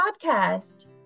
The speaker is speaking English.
podcast